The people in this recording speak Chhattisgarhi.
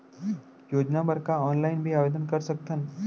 योजना बर का ऑनलाइन भी आवेदन कर सकथन?